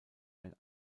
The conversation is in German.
ein